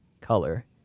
color